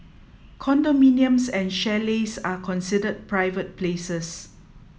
condominiums and chalets are considered private places